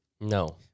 no